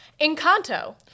Encanto